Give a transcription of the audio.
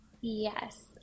Yes